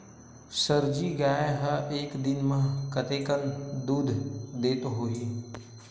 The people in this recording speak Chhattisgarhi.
जर्सी गाय ह एक दिन म कतेकन दूध देत होही?